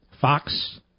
Fox